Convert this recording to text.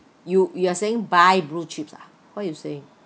you you are saying buy blue chips ah what you saying